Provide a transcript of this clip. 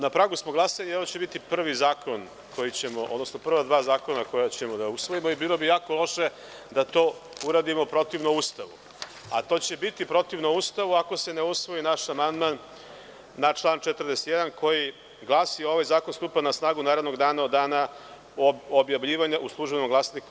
Na pragu smo glasanja i ovo će biti prvi zakon, odnosno prva dva zakona koja ćemo da usvojimo i bilo bi jako loše da to uradimo protivno Ustavu, a to će biti protivno Ustavu ako se ne usvoji naš amandman na član 41. koji glasi – ovaj zakon stupa na snagu narednog dana, od dana objavljivanja u „Službenom glasniku